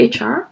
HR